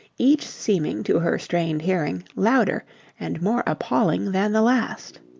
each seeming to her strained hearing louder and more appalling than the last.